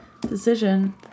decision